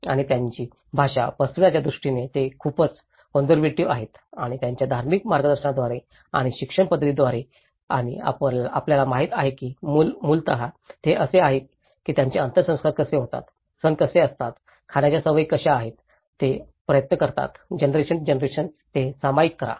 आणि त्यांची भाषा पसरवण्याच्या दृष्टीने ते खूपच कॉन्सर्व्हेटिव्ह आहेत आणि त्यांच्या धार्मिक मार्गदर्शनाद्वारे आणि शिक्षण पद्धतीद्वारे आणि आपल्याला माहित आहे की मूलत ते आहेत कसे त्यांचे अंत्यसंस्कार कसे होतात सण कसे असतात खाण्याच्या सवयी कशा आहेत ते प्रयत्न करतात जनरेशन जनरेशन ते सामायिक करा